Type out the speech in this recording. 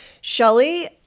Shelly